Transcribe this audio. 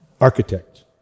architect